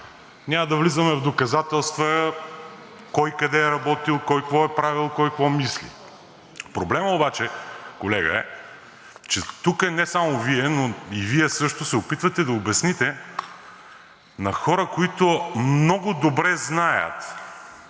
Няма да влизаме в доказателства кой къде е работил, кой какво е правил, кой какво мисли. Колега, проблемът обаче е, че тук не само Вие, но и Вие също се опитвате да обясните на хора, които много добре знаят,